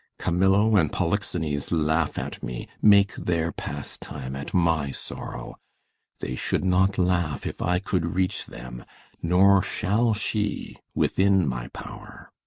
camillo and polixenes laugh at me make their pastime at my sorrow they should not laugh if i could reach them nor shall she within my power.